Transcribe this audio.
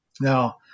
Now